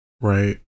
right